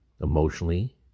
emotionally